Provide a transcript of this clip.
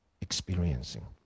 experiencing